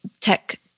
tech